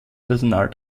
personal